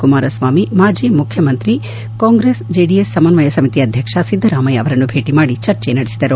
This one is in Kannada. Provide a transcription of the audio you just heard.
ಕುಮಾರಸ್ವಾಮಿ ಮಾಜ ಮುಖ್ಯಮಂತ್ರಿ ಕಾಂಗ್ರೆಸ್ ಜೆಡಿಎಸ್ ಸಮನ್ವಯ ಸಮಿತಿ ಅಧ್ಯಕ್ಷ ಸಿದ್ದರಾಮಯ್ಕ ಅವರನ್ನು ಭೇಟಿ ಮಾಡಿ ಚರ್ಚೆ ನಡೆಸಿದರು